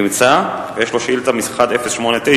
נמצא, ויש לו שאילתא מס' 1089: